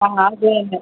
ആ അതുതന്നെ